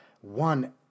one